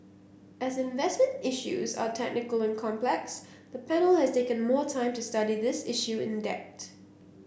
as investment issues are technical and complex the panel has taken more time to study this issue in depth